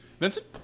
Vincent